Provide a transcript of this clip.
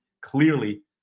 clearly